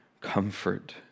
comfort